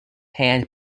hand